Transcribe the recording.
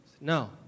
No